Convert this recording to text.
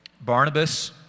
Barnabas